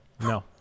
No